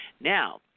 Now